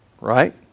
right